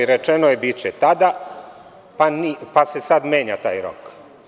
Rečeno je – biće tada, pa se sada menja taj rok.